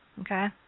Okay